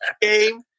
game